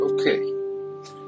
Okay